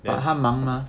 then